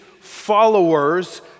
followers